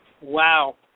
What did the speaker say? Wow